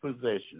possession